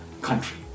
country